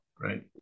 right